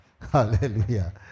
Hallelujah